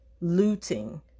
looting